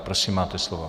Prosím, máte slovo.